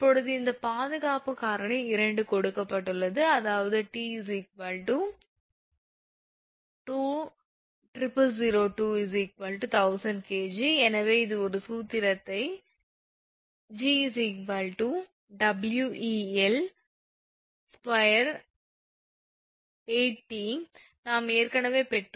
இப்போது இந்த பாதுகாப்பு காரணி 2 கொடுக்கப்பட்டுள்ளது அதாவது 𝑇 20002 1000 𝐾𝑔 எனவே இந்த ஒரு சூத்திரத்தை g 𝑊𝑒𝐿28𝑇 நாம் ஏற்கனவே பெற்றுள்ளோம்